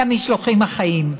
למשלוחים החיים.